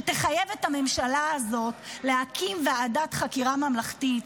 שתחייב את הממשלה הזאת להקים ועדת חקירה ממלכתית,